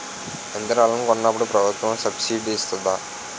యంత్రాలను కొన్నప్పుడు ప్రభుత్వం సబ్ స్సిడీ ఇస్తాధా?